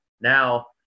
Now